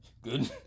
Good